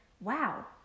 wow